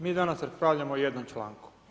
Mi danas raspravljamo o jednom članku.